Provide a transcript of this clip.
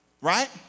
Right